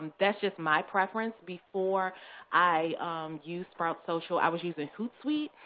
that's just my preference. before i used sprout social, i was using hootsuite.